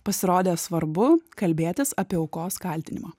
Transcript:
pasirodė svarbu kalbėtis apie aukos kaltinimą